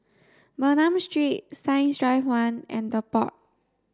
Bernam Street Science Drive one and The Pod